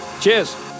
Cheers